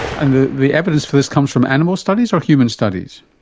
and the the evidence for this comes from animal studies or human studies?